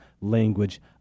language